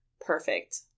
perfect